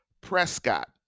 Prescott